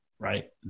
right